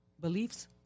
beliefs